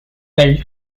built